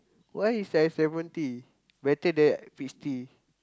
why is ice lemon tea better than peach tea